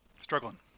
Struggling